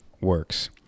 works